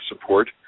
support